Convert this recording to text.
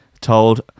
told